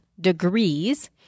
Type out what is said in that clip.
degrees